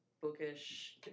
bookish